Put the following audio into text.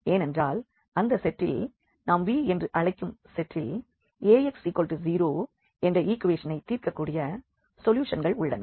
ஏனென்றால் அந்த செட்டில் நாம் V என்று அழைக்கும் செட்டில் Ax0 என்ற ஈக்வேஷனை தீர்க்கக்கூடிய சொல்யூஷன்கள் உள்ளன